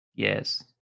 Yes